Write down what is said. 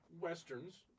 westerns